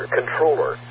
controller